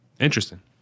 Interesting